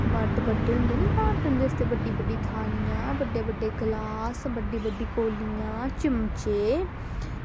मर्द बड्डे होंदे नी घर ते उंदे आस्तै बड्डी बड्डी थालियां बड्डे बड्डे गलास बड्डी बड्डी कौलियां चिमचे